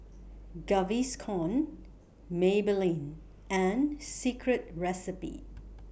Gaviscon Maybelline and Secret Recipe